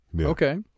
Okay